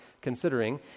considering